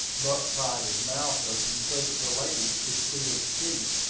buck pried his mouth open, so that the ladies could see his teeth.